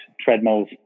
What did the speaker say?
treadmills